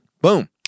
Boom